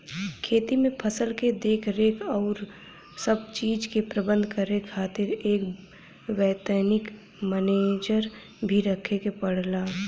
खेती में फसल क देखरेख आउर सब चीज के प्रबंध करे खातिर एक वैतनिक मनेजर भी रखे के पड़ला